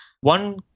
One